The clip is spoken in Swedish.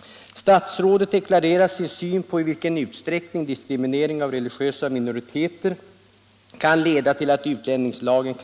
I svaret deklarerar statsrådet sin syn på i vilken utsträckning diskriminering av religiösa minoriteter kan leda till att utlänningslagen